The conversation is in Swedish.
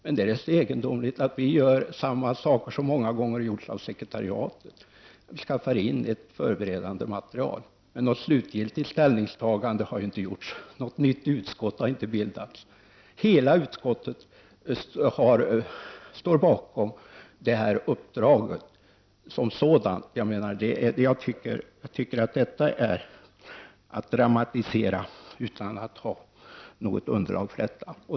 Är det så egendomligt att vi gör samma saker som många gånger har gjorts av sekretariatet, nämligen skaffar fram ett förberedande material? Något slutgiltigt ställningstagande har inte gjorts. Något nytt utskott har inte bildats. Hela utskottet står bakom uppdraget som sådant. Jag tycker att detta är att dramatisera utan att ha något underlag.